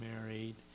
married